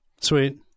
Sweet